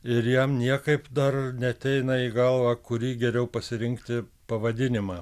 ir jam niekaip dar neateina į galvą kurį geriau pasirinkti pavadinimą